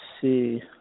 see